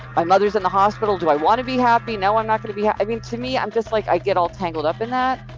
my mother is in the hospital. do i want to be happy? no, i'm not going to be yeah i mean, to me, i'm just like i get all tangled up in that,